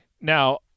Now